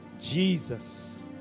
Jesus